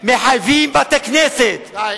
מחייבים בתי-כנסת, די,